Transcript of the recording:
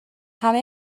همه